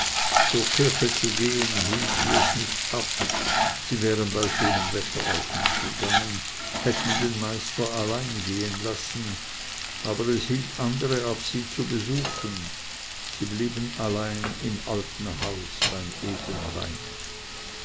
zur kirche zu gehen hielt es sie nicht ab sie wären bei schönem wetter auch nicht gegangen hätten den meister alleine gehen lassen aber es hielt andere ab sie zu besuchen sie blieben allein im alten hause beim edlen weine